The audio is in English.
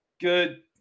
good